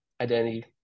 identity